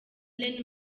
ellen